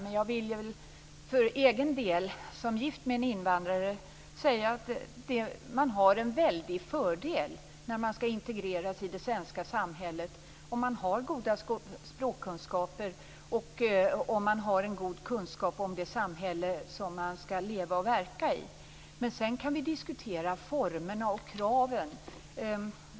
Men för egen del, som gift med en invandrare, vill jag säga att man har en väldig fördel när man skall integreras i det svenska samhället om man har goda språkkunskaper och en god kunskap om det samhälle som man skall leva och verka i. Sedan kan vi diskutera formerna och kraven.